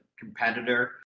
competitor